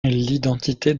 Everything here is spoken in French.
l’identité